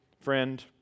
friend